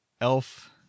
elf